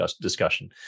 discussion